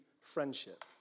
friendship